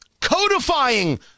Codifying